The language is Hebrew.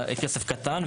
כסף קטן.